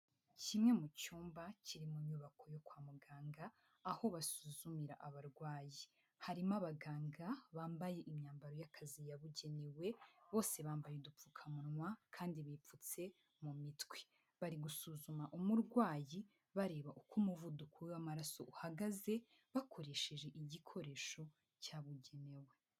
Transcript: Kimwe mu cyumba kiri mu nyubako yo kwa muganga aho basuzumira abarwayi, harimo abaganga bambaye imyambaro y'akazi yabugenewe bose bambaye udupfukamunwa kandi bipfutse mu mitwe, bari gusuzuma umurwayi bareba uko umuvuduko w'amaraso uhagaze bakoresheje igikoresho cyabugenewe.